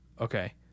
Okay